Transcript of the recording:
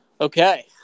Okay